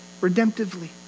redemptively